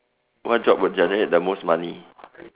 what job would generate the most money